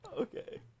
Okay